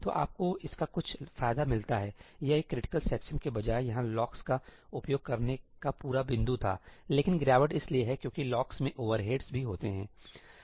तो आपको इसका कुछ फायदा मिलता है यह एक क्रिटिकल सेक्शन के बजाय यहां लॉक्स का उपयोग करने का पूरा बिंदु था लेकिन गिरावट इसलिए है क्योंकि लॉक्स में ओवरहेड्स भी होते हैं